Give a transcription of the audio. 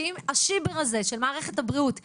שאם השיבר הזה של מערכת הבריאות ייפרץ,